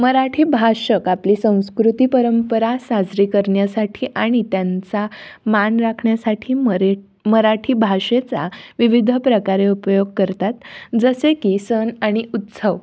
मराठी भाषक आपली संस्कृती परंपरा साजरी करण्यासाठी आणि त्यांचा मान राखण्यासाठी मरे मराठी भाषेचा विविध प्रकारे उपयोग करतात जसे की सण आणि उत्सव